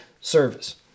service